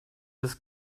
this